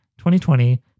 2020